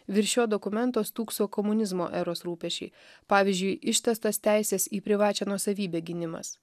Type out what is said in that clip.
virš jo dokumento stūkso komunizmo eros rūpesčiai pavyzdžiui ištęstas teisės į privačią nuosavybę gynimas